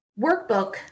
workbook